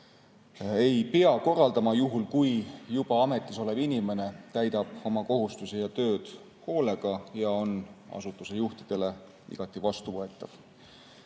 ei pea korraldama juhul, kui juba ametis olev inimene täidab oma kohustusi, [teeb] tööd hoolega ja on asutuse juhtidele igati vastuvõetav.